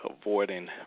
avoiding